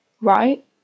right